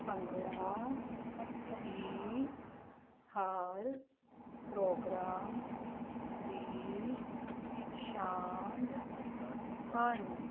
ਭੰਗੜਾ ਹੀ ਹਰ ਪ੍ਰੋਗਰਾਮ ਦੀ ਸ਼ਾਨ ਹਨ